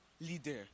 leader